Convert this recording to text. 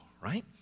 right